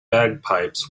bagpipes